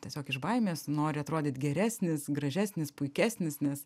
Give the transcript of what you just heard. tiesiog iš baimės nori atrodyt geresnis gražesnis puikesnis nes